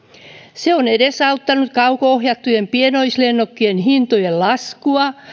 se on edesauttanut kauko ohjattujen pienoislennokkien hintojen laskua